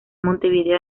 montevideo